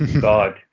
God